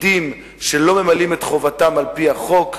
פקידים שלא ממלאים את חובתם על-פי החוק,